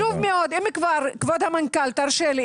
כבוד המנכ"ל, תרשה לי.